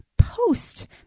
Post